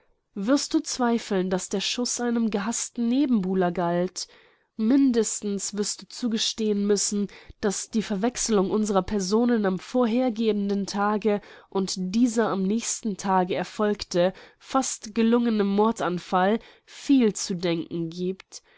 wirst du zweifeln daß der schuß einem gehaßten nebenbuhler galt mindestens wirst du zugestehen müssen daß die verwechslung unserer personen am vorhergehenden tage und dieser am nächsten tage erfolgte fast gelungene mordanfall viel zu denken giebt